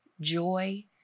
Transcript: joy